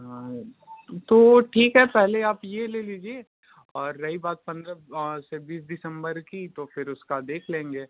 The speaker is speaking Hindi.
हाँ है तो ठीक है पहले आप ये ले लीजिए और रही बात पंद्रह से बीस दिसंबर की तो फिर उसका देख लेंगे